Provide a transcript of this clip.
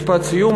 משפט סיום,